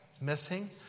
missing